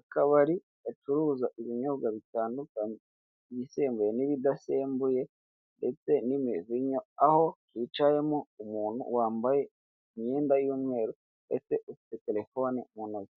Akabari gacuruza ibinyobwa bitandukanye ibisembuye n'ibidasembuye ndetse n'imivinyo aho hicayemo umuntu wambaye imyenda y'umweru ndetse ufite terefone mu ntoki,